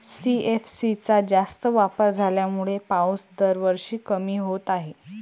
CFC चा जास्त वापर झाल्यामुळे पाऊस दरवर्षी कमी होत आहे